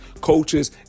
coaches